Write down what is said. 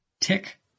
tick